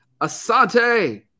Asante